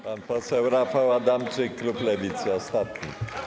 Pan poseł Rafał Adamczyk, klub Lewicy, jako ostatni.